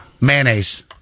Mayonnaise